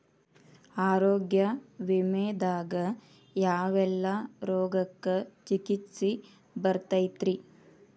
ಆರೋಗ್ಯ ವಿಮೆದಾಗ ಯಾವೆಲ್ಲ ರೋಗಕ್ಕ ಚಿಕಿತ್ಸಿ ಬರ್ತೈತ್ರಿ?